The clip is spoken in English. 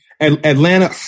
Atlanta